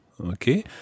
Okay